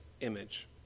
image